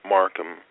Markham